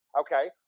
okay